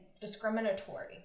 discriminatory